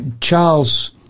Charles